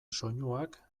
soinuak